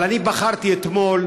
אבל אני בחרתי אתמול